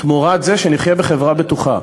תמורת זה שנחיה בחברה בטוחה.